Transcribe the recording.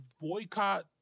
boycott